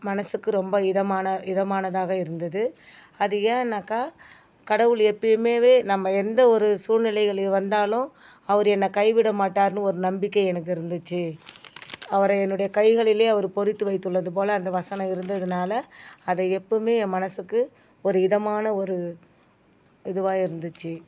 மனதுக்கு ரொம்ப இதமான இதமானதாக இருந்தது அது ஏன்னாக்கால் கடவுள் எப்பயுமேவே நம்ம எந்த ஒரு சூழ்நிலைகள் இ வந்தாலும் அவர் என்னை கைவிட மாட்டாருன்னு ஒரு நம்பிக்கை எனக்கு இருந்துச்சு அவரை என்னுடைய கைகளிலே அவர் பொறித்து வைத்துள்ளது போல் அந்த வசனம் இருந்ததுனால் அதை எப்பவுமே என் மனதுக்கு ஒரு இதமான ஒரு இதுவாக இருந்துச்சு